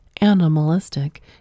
animalistic